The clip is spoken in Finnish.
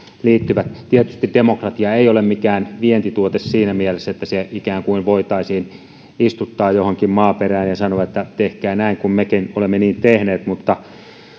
liittyvät tietysti demokratia ei ole mikään vientituote siinä mielessä että se ikään kuin voitaisiin istuttaa johonkin maaperään ja sanoa että tehkää näin kun mekin olemme niin tehneet mutta